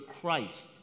Christ